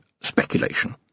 speculation